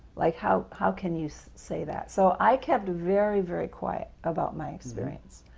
like, how how can you so say that? so i kept very, very quiet about my experience.